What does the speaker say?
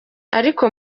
ariko